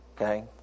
okay